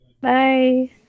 Bye